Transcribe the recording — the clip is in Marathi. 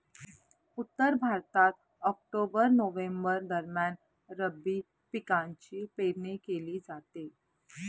उत्तर भारतात ऑक्टोबर नोव्हेंबर दरम्यान रब्बी पिकांची पेरणी केली जाते